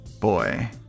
Boy